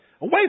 Away